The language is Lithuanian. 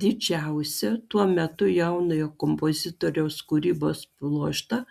didžiausią tuo metu jaunojo kompozitoriaus kūrybos pluoštą